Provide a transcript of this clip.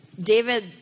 David